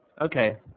okay